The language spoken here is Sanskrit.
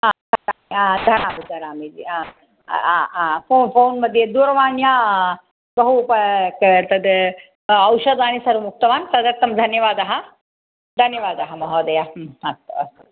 हा अतः आ अतः उतरामि जि आ आ फ़ोन् फ़ोन् मध्ये दूरवाण्या बहु उप क तत् औषधानि सर्वम् उक्तवान् तदर्थं धन्यवादः धन्यवादः महोदय अस्तु अस्तु